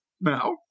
now